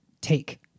take